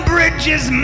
Bridges